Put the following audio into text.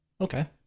Okay